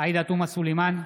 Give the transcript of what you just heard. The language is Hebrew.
עאידה תומא סלימאן,